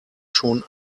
schon